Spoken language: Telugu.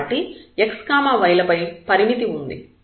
కాబట్టి x y ల పై పరిమితి ఉంది